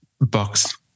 box